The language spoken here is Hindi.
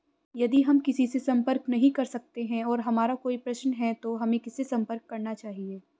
यदि हम किसी से संपर्क नहीं कर सकते हैं और हमारा कोई प्रश्न है तो हमें किससे संपर्क करना चाहिए?